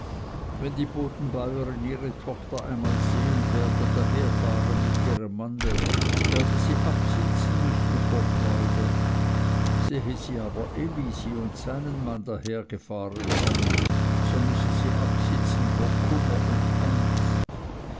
wenn die bodenbäurin ihre tochter einmal sehen werde daherfahren mit ihrem manne werde sie absitzen müssen vor freude sehe sie aber elisi und seinen mann dahergefahren kommen so müsse sie absitzen vor kummer und angst